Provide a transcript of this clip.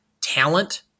talent